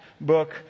book